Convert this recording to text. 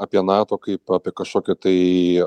apie nato kaip apie kažkokį tai